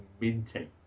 Minty